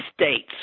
States